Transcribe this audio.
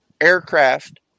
aircraft